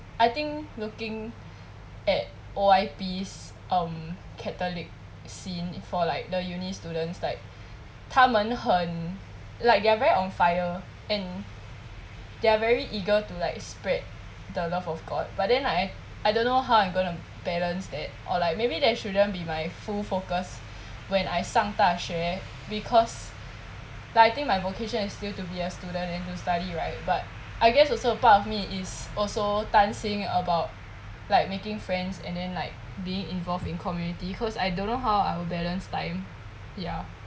I think looking at O_I_P's um catholic scene for like the uni students like 他们很 like they are very on fire and they're very eager to like spread the love of god but then like I I don't know how are I'm gonna balance that or like maybe that shouldn't be my full focus when I 上大学 because like I think my vocation is still to be a student and to study right but I guess also a part of me is also 担心 about like making friends and then like being involved in community cause I don't know how I will balance time ya